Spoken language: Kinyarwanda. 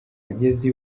ageze